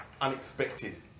Unexpected